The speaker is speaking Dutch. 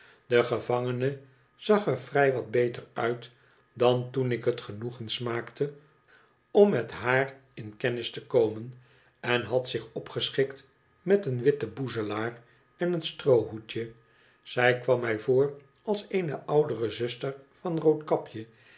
de gevangene zag er vrij wat beter uit dan toen ik het genoegen smaakte om met haar in kennis te komen en had zich opgeschikt met een witten boezelaar en een stroohoedje zij kwam mij voor als eene oudere zuster van roodkapje